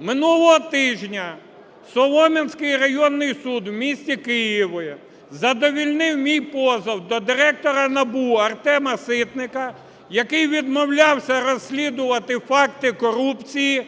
Минулого тижня Солом'янський районний суд в місті Києві задовольнив мій позов до директора НАБУ Артема Ситника, який відмовлявся розслідувати факти корупції